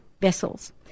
vessels